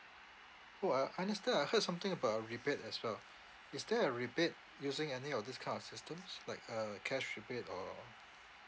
orh uh understand I heard something about a rebate as well is there a rebate using any of this kind of systems like a cash rebate or